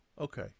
Okay